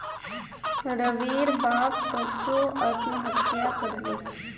रविर बाप परसो आत्महत्या कर ले